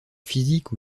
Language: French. physique